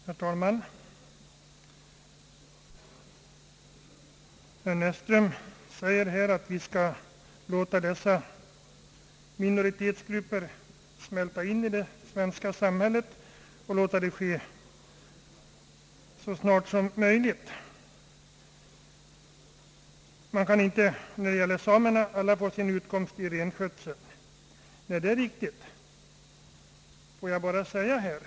Herr talman! Herr Näsström sade, att vi skall låta minoritetsgrupperna smälta in i det svenska samhället så snart som möjligt. Samerna kan numera inte få sin utkomst av renskötsel, sade herr Näsström vidare. Det är delvis riktigt.